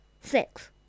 Six